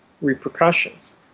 repercussions